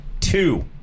Two